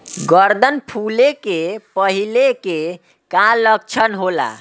गर्दन फुले के पहिले के का लक्षण होला?